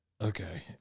Okay